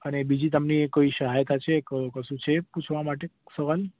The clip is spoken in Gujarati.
અને બીજી તમને કોઈ સહાયતા છે કો કોઈ કશું છે પૂછવા માટે સવાલ